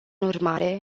urmare